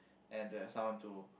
and they are sound to